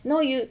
no you